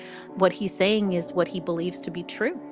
what he's saying is what he believes to be true,